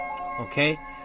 Okay